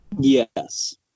Yes